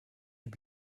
you